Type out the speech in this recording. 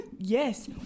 Yes